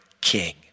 king